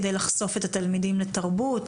כדי לחשוף את התלמידים לתרבות,